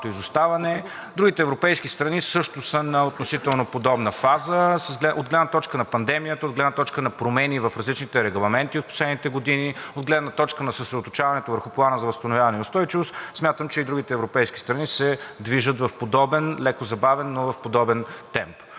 Другите европейски страни също са на относително подобна фаза. От гледна точка на пандемията, от гледна точка на промени в различните регламенти от последните години, от гледна точка на съсредоточаването върху Плана за възстановяване и устойчивост, смятам, че и другите европейски страни се движат в подобен, леко забавен, но в подобен темп.